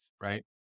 right